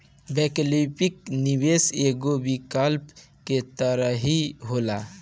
वैकल्पिक निवेश एगो विकल्प के तरही होला